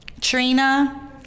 Trina